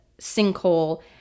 sinkhole